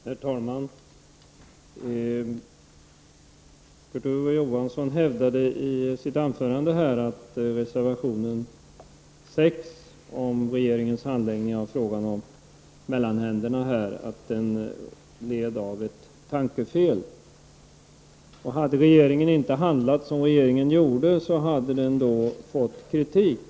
Herr talman! Kurt Ove Johansson hävdade i sitt anförande här att reservation 6 om regeringens handläggning av frågan om s.k. mellanhänder var behäftad med ett tankefel. Hade regeringen inte handlat som den gjorde, hade den fått kritik.